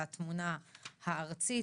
על התמונה הארצית.